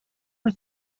was